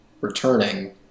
returning